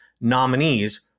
nominees